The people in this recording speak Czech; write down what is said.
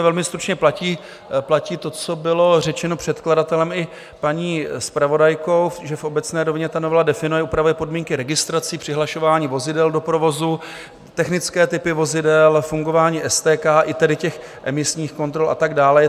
Velmi stručně, platí to, co bylo řečeno předkladatelem i paní zpravodajkou, že v obecné rovině ta novela definuje, upravuje podmínky registrací, přihlašování vozidel do provozu, technické typy vozidel, fungování STK i emisních kontrol a tak dále.